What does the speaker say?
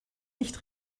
nicht